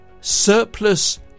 surplus